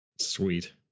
sweet